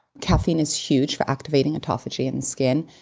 caffeine is huge for activating autophagy in the skin.